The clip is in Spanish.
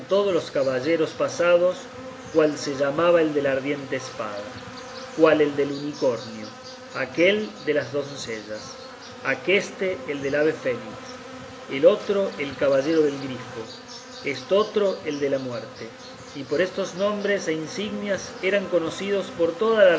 los caballeros pasados cuál se llamaba el de la ardiente espada cuál el del unicornio aquel de las doncellas aquéste el del ave fénix el otro el caballero del grifo estotro el de la muerte y por estos nombres e insignias eran conocidos por toda la